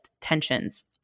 tensions